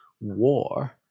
war